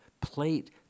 plate